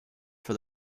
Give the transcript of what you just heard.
for